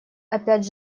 опять